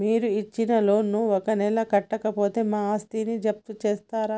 మీరు ఇచ్చిన లోన్ ను ఒక నెల కట్టకపోతే మా ఆస్తిని జప్తు చేస్తరా?